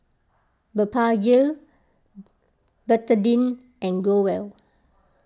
Blephagel Betadine and Growell